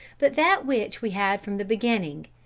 but that which we had from the beginning,